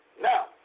Now